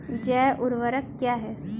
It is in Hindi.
जैव ऊर्वक क्या है?